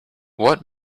what